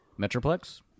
Metroplex